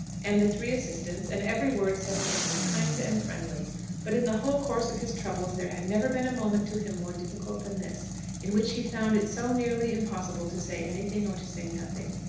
and the three assistants, and every word said to him was kind and friendly but in the whole course of his troubles there had never been a moment to him more difficult than this in which he found it so nearly impossible to say anything or to say nothing.